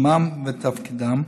שמם ותפקידם,